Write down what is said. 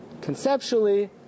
Conceptually